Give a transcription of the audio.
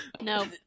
no